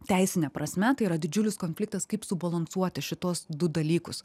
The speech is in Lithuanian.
teisine prasme tai yra didžiulis konfliktas kaip subalansuoti šituos du dalykus